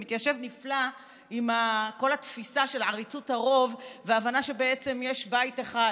זה מתיישב נפלא עם כל התפיסה של עריצות הרוב וההבנה שבעצם יש בית אחד,